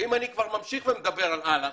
ואם אני כבר ממשיך ומדבר על אל"ח,